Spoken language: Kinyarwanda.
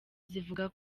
zivuga